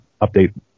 update